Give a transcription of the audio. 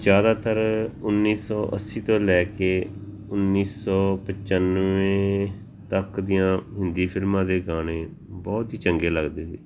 ਜ਼ਿਆਦਾਤਰ ਉੱਨੀ ਸੌ ਅੱਸੀ ਤੋਂ ਲੈ ਕੇ ਉੱਨੀ ਸੌ ਪਚਾਨਵੇਂ ਤੱਕ ਦੀਆਂ ਹਿੰਦੀ ਫਿਲਮਾਂ ਦੇ ਗਾਣੇ ਬਹੁਤ ਹੀ ਚੰਗੇ ਲੱਗਦੇ ਸੀ